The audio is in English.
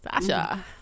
Sasha